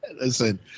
Listen